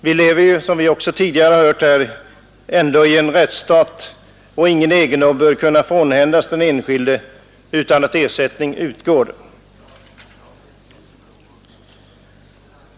Vi lever som vi tidigare har hört här ändå i en rättsstat, och ingen egendom bör kunna frånhändas den enskilde utan att ersättning utgår.